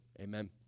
Amen